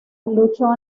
luchó